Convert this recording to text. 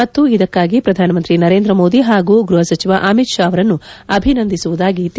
ಮತ್ತು ಇದಕ್ಕಾಗಿ ಪ್ರಧಾನ ಮಂತ್ರಿ ನರೇಂದ್ರ ಮೋದಿ ಹಾಗೂ ಗೃಹ ಸಚಿವ ಅಮಿತ್ ಶಾ ಅವರನ್ನು ಅಭಿನಂದಿಸುವುದಾಗಿ ತಿಳಿಸಿದೆ